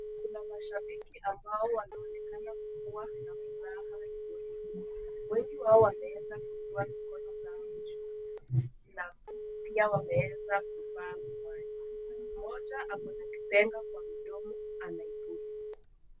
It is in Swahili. Kuna mashabiki ambao wanaonekana kuwa na msaha, wengi wao wanaeza kutoa mikono zao nje na pia wameweza kufaa miwani, Moja ako na kipanga kwa mdomo anaikula